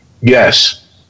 Yes